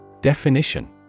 Definition